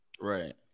Right